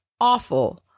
awful